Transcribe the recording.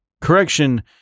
Correction